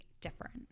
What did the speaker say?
different